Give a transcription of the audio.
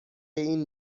این